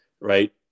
right